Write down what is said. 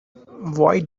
why